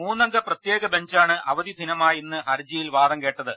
മൂന്നംഗ പ്രത്യേക ബെഞ്ചാണ് അവധി ദിനമായ ഇന്ന് ഹർജിയിൽ വാദം കേട്ടത്